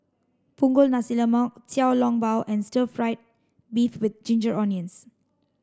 Punggol Nasi Lemak Xiao Long Bao and stir fried beef with ginger onions